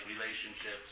relationships